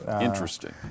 Interesting